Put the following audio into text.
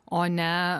o ne